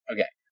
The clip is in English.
Okay